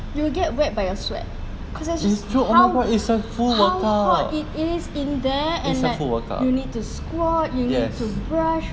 you will get wet by your sweat because it's just how how hot it is in there and that you need to squat you need to brush